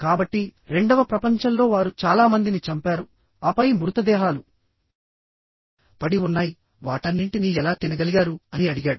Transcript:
కాబట్టిరెండవ ప్రపంచంలో వారు చాలా మందిని చంపారుఆపై మృతదేహాలు పడి ఉన్నాయివాటన్నింటినీ ఎలా తినగలిగారు అని అడిగాడు